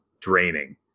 draining